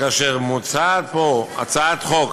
מוצעת פה הצעת חוק